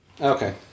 Okay